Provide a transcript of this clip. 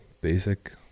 basic